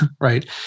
right